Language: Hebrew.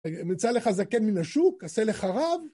מצא לך זקן מן השוק, עשה לך רב